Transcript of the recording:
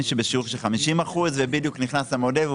מי שבשיעור של 50% ובדיוק נכנס המודל והוא